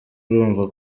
urumva